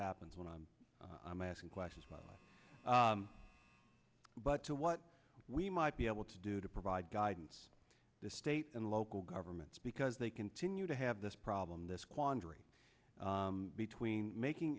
happens when i'm i'm asking questions but to what we might be able to do to provide guidance the state and local governments because they continue to have this problem this quandary between making